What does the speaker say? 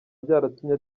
byaratumye